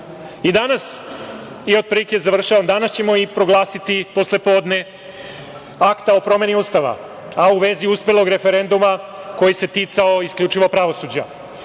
deteta. Ovim završavam, danas ćemo proglasiti posle podne Akt o promeni Ustava, a u vezi uspelog referenduma koji se ticao isključivo pravosuđa.